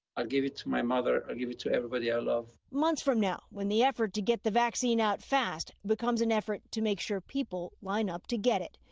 i'll give it to my mother. i'll give it to everybody i love. reporter months from now when the effort to get the vaccine out fast becomes an effort to make sure people line up to get it.